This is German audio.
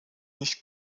nicht